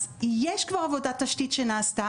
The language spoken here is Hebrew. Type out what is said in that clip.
אז יש כבר עבודת תשית שנעשתה,